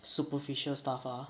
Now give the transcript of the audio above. superficial stuff ah